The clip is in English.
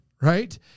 right